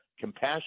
Compassion